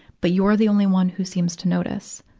but you're the only one who seems to notice.